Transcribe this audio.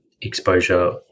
exposure